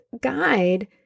guide